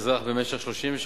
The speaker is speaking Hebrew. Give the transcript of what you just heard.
הרב משה גפני,